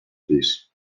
pis